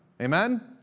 Amen